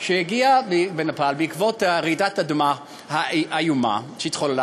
שהגיעה לנפאל בעקבות רעידת אדמה האיומה שהתחוללה